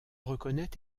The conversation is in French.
reconnaît